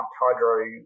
hydro